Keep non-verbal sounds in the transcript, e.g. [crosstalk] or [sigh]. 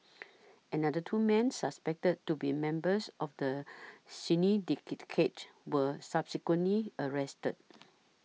another two men's suspected to be members of the [unintelligible] were subsequently arrested